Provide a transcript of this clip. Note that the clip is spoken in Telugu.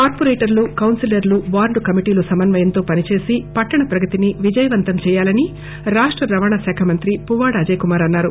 కార్పొరేటర్లు కౌన్సిలర్లు వార్డు కమిటీలు సమన్వయంతో పని చేసి పట్టణ ప్రగతిని విజయవంతం చేయాలని రాష్ట రవాణా శాఖ మంత్రి పువ్వాడ అజయ్ కుమార్ అన్నారు